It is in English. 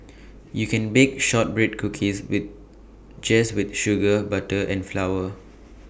you can bake Shortbread Cookies with just with sugar butter and flower